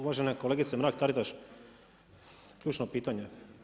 Uvažena kolegice Mrak-Taritaš, ključno pitanje.